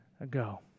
ago